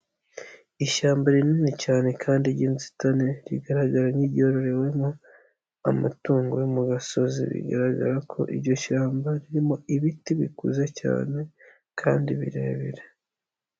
lshyamba rinini cyane kandi ry'inzitane ,rigaragara nk'iryororewemo amatungo yo mu gasozi. Bigaragara ko iryo shyamba ririmo ibiti bikuze cyane kandi birebire.